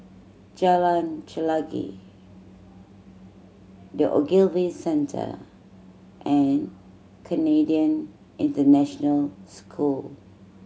Jalan Chelagi The Ogilvy Centre and Canadian International School